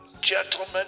Gentlemen